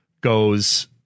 goes